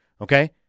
okay